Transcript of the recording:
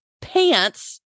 pants